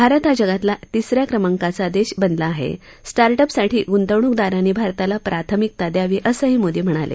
भारत हा जगातला तिसऱ्या क्रमांकाचा देश बनला आहे स्टार्ट अप साठी गृतवणकदारांनी भारताला प्राथमिकता द्यावी असंही मोदी म्हणाले